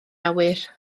awyr